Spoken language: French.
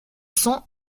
sont